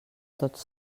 tots